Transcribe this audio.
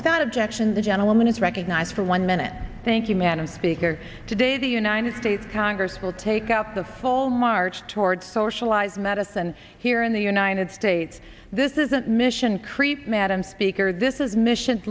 without objection the gentleman is recognized for one minute thank you madam speaker today the united states congress will take out the full march towards socialized medicine here in the united states this isn't mission creep madam speaker this is mission